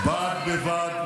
את קוראת לחיילים שלנו רוצחים?